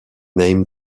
named